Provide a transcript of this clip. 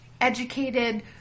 educated